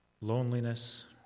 loneliness